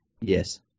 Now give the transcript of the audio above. Yes